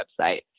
website